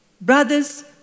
brothers